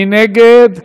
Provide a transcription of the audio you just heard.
מי נגד?